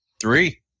Three